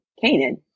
Canaan